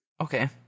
Okay